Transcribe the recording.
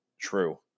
true